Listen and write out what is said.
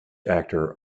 actor